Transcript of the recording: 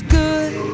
good